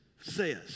says